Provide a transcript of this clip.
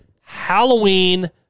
Halloween